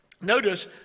notice